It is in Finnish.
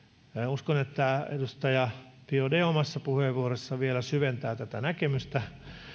uskon että edustaja biaudet omassa puheenvuorossaan vielä syventää tätä näkemystä